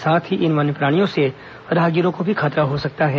साथ ही इन वन्यप्राणियों से राहगीरों को भी खतरा हो सकता है